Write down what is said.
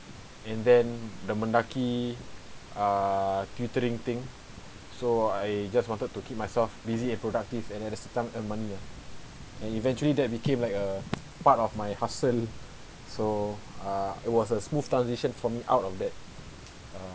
and then the mendaki err tutoring thing so I just wanted to keep myself busy and productive and at the same time earn money ah and eventually that became like a part of my hustle so uh it was a smooth transition for me out of that uh